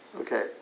okay